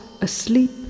asleep